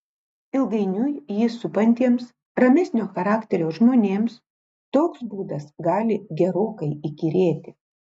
ilgainiui jį supantiems ramesnio charakterio žmonėms toks būdas gali gerokai įkyrėti